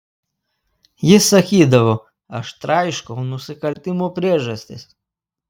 jis sakydavo aš traiškau nusikaltimų priežastis